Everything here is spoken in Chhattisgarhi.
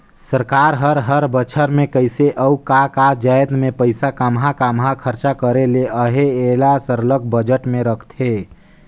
सरकार हर हर बछर में कइसे अउ का का जाएत में पइसा काम्हां काम्हां खरचा करे ले अहे एला सरलग बजट में रखथे